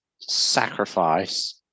sacrifice